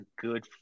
good